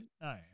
no